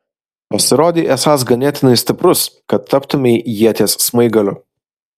pasirodei esąs ganėtinai stiprus kad taptumei ieties smaigaliu